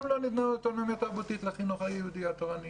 לא ניתנה אוטונומיה תרבותית לחינוך היהודי התורני.